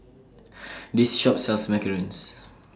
This Shop sells Macarons